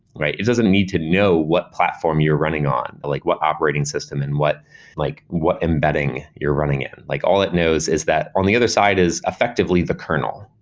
it doesn't need to know what platform you're running on, like what operating system and what like what embedding you're running in. like all it knows is that on the other side is effectively the kernel.